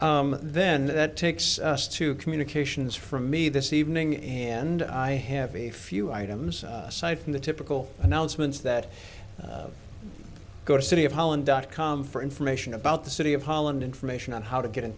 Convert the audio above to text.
then that takes us to communications for me this evening and i have a few items aside from the typical announcements that go to city of holland dot com for information about the city of holland information on how to get in